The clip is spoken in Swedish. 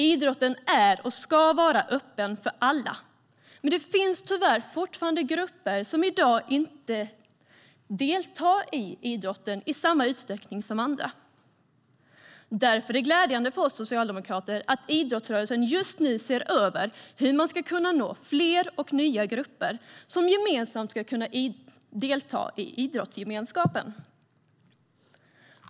Idrotten är och ska vara öppen för alla. Men det finns tyvärr fortfarande grupper som inte deltar i idrotten i samma utsträckning som andra. Därför är det glädjande för oss socialdemokrater att idrottsrörelsen just nu ser över hur man ska kunna nå fler och nya grupper som gemensamt ska kunna delta i idrottsgemenskapen.